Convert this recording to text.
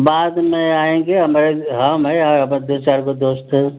बाद में आएंगे हमरे हम हैं और हमारे दो चार को दोस्त हैं